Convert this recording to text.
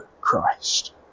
Christ